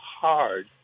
hard